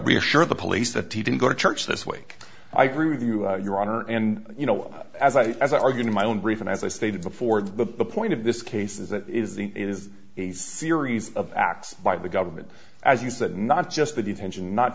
reassure the police that he didn't go to church this week i agree with you your honor and you know as i as i argued in my own brief and as i stated before the point of this case is that is the is a series of acts by the government as you said not just the detention not